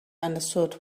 understood